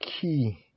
key